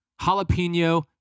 jalapeno